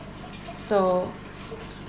so